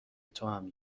توام